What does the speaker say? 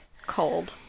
cold